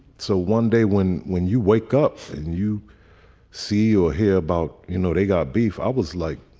so one day when when you wake up and you see or hear about, you know, they got beef, i was like,